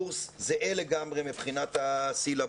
קורס זהה לגמרי מבחינת הסילבוס,